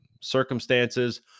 circumstances